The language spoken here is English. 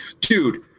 dude